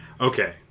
Okay